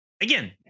Again